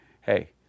hey